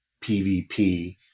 PVP